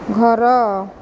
ଘର